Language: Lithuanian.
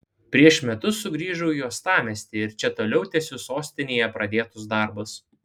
prieš metus sugrįžau į uostamiestį ir čia toliau tęsiu sostinėje pradėtus darbus